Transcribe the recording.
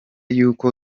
y’uko